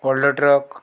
व्हडलो ट्रक